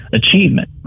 achievement